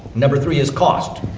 number three is cost.